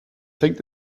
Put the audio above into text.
fängt